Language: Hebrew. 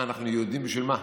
מה, אנחנו יהודים בשביל מה?